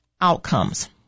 outcomes